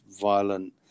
violent